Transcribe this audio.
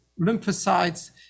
lymphocytes